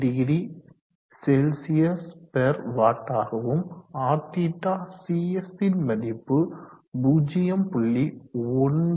50CW ஆகவும் Rθcs மதிப்பு 0